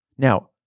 Now